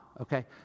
okay